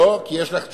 לא, כי יש לך תשובה.